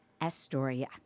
Astoria